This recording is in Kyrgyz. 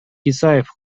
исаев